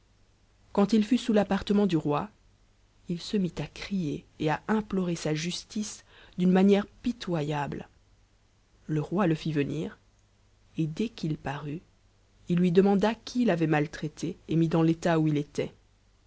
quand il fut sous f partement du roi il se mit à crier et à implorer sa justice d'une inan pitoyable le roi e fit venir et dès qu'il parut il lui demanda qui hra'teet mis dans l'état où il était